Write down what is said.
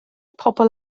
pobl